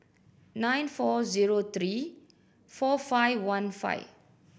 nine four zero three four five one five